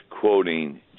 quoting